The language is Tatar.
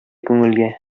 күңелгә